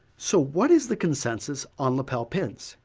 so what is the consensus on lapel pins,